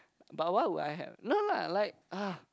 but why would I have no lah like ah